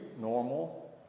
normal